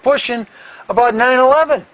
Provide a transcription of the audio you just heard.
pushing about nine eleven